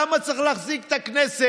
למה צריך להחזיק את הכנסת